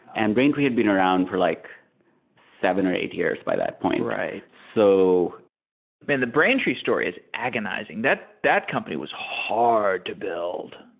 and braintree had been around for like seven or eight years by that point. so man! the braintree story is agonizing. that that company was hard to build.